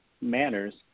manners